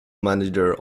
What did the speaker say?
manager